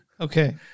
Okay